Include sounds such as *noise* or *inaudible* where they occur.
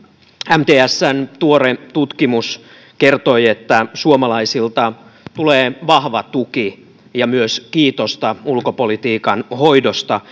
mtsn tuore tutkimus kertoi että suomalaisilta tulee vahva tuki ja myös kiitosta ulkopolitiikan hoidosta *unintelligible*